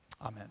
Amen